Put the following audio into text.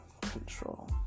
control